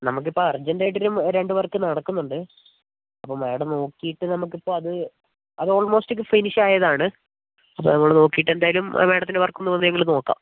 നമുക്ക് ഇപ്പോൾ അർജൻറ് ആയിട്ട് ഒരു രണ്ട് വർക്ക് നടക്കുന്നുണ്ട് അപ്പോൾ മാഡം നോക്കിയിട്ട് നമുക്ക് ഇപ്പോൾ അത് അത് ഓൾമോസ്റ്റ് ഫിനിഷ് ആയതാണ് അപ്പോൾ നമ്മൾ നോക്കിയിട്ട് എന്തായാലും മാഡത്തിൻറെ വർക്ക് ഒന്ന് വന്ന് ഞങ്ങൾ നോക്കാം